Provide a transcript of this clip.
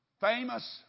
famous